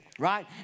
Right